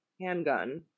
handgun